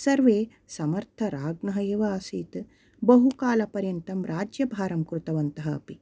सर्वे समर्थराज्ञः एव आसीत् बहुकालपर्यन्तं राज्यभारं कृतवन्तः अपि